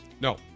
No